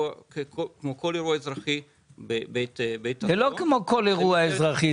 כמו כל אירוע אזרחי -- זה לא כמו כל אירוע אזרחי,